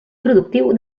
productiu